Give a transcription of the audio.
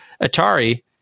Atari